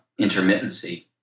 intermittency